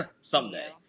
someday